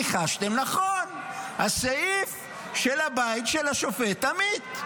ניחשתם נכון, הסעיף על הבית של השופט עמית.